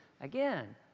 again